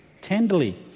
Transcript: tenderly